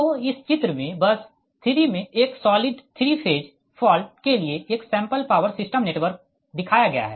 तो इस चित्र में बस 3 में एक सॉलिड 3 फेज फॉल्ट के लिए एक सैंपल पावर सिस्टम नेटवर्क दिखाया गया है